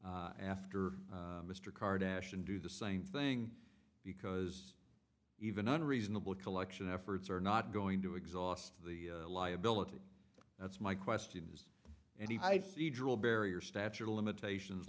after mr card dash and do the same thing because even unreasonable collection efforts are not going to exhaust the liability that's my question is and he will barrier statute of limitations